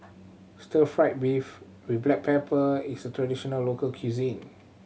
stir fried beef with black pepper is a traditional local cuisine